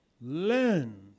Learn